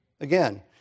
Again